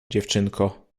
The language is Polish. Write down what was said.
dziewczynko